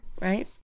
Right